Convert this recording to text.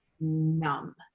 numb